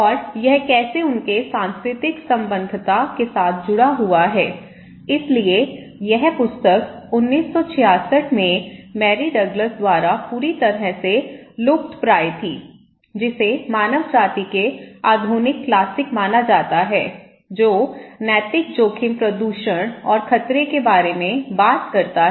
और यह कैसे उनके सांस्कृतिक संबद्धता के साथ जुड़ा हुआ है इसलिए यह पुस्तक 1966 में मैरी डगलस द्वारा पूरी तरह से लुप्तप्राय थी जिसे मानव जाति के आधुनिक क्लासिक माना जाता है जो नैतिक जोखिम प्रदूषण और खतरे के बारे में बात करता है